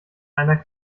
einer